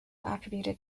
attributed